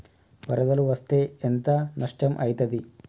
వరదలు వస్తే ఎంత నష్టం ఐతది?